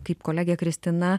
kaip kolegė kristina